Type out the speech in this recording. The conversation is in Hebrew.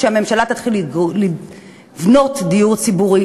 שהצלחנו לעשות בסוף הכנסת הזאת מבורך,